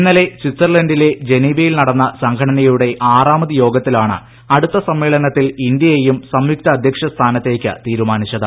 ഇന്നലെ സ്വിറ്റ്സർലന്റിലെ ജനീവയിൽ നടന്ന സംഘടനയുടെ ആറാമത് യോഗത്തിലാണ് അടുത്ത സമ്മേളനത്തിൽ ഇന്ത്യയെയും സംയുക്ത അദ്ധ്യക്ഷസ്ഥാനത്തേക്ക് തീരുമാനിച്ചത്